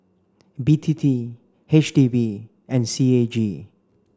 B T T H D B and C A G